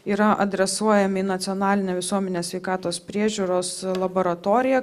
yra adresuojami į nacionalinę visuomenės sveikatos priežiūros laboratoriją